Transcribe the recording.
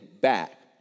back